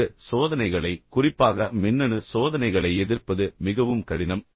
அங்கு சோதனைகளை குறிப்பாக மின்னணு சோதனைகளை எதிர்ப்பது மிகவும் கடினம்